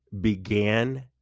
began